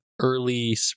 early